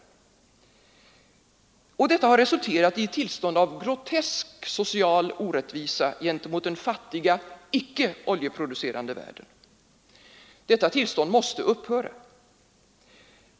Detta har resulterat i ett tillstånd av grotesk social orättvisa gentemot den fattiga icke oljeproducerande världen. Detta tillstånd måste upphöra.